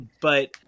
But-